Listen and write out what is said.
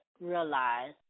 realize